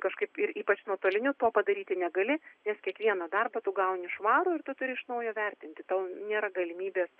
kažkaip ir ypač nuotoliniu to padaryti negali nes kiekvieną darbą tu gauni švarų ir tu turi iš naujo vertinti tau nėra galimybės